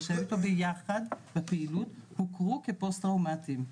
שהיו איתו ביחד בפעילות הוכרו כפוסט טראומטיים,